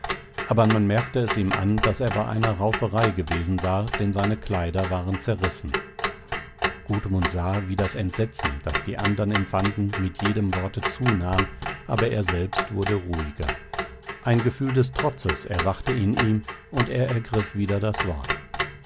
aber man merkte es ihm an daß er bei einer rauferei gewesen war denn seine kleider waren zerrissen gudmund sah wie das entsetzen das die andern empfanden mit jedem worte zunahm aber er selbst wurde ruhiger ein gefühl des trotzes erwachte in ihm und er ergriff wieder das wort